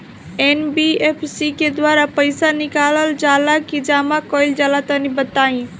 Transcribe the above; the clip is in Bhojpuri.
एन.बी.एफ.सी के द्वारा पईसा निकालल जला की जमा कइल जला तनि बताई?